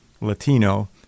Latino